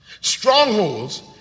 Strongholds